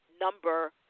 number